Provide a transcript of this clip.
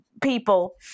people